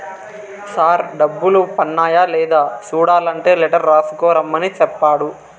sir డబ్బులు పన్నాయ లేదా సూడలంటే లెటర్ రాసుకు రమ్మని సెప్పాడు